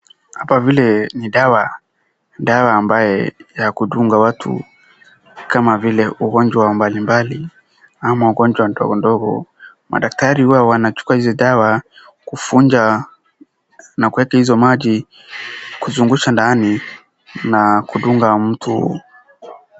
Ni dawa ya kudunga watu kama vile ugonjwa mbali mbali au ugonjwa ndogo ndogo. Madaktari huwa wanachukua hizi dawa kufunja na kuweka hizo maji na kuzungusha ndani na kudunga mtu.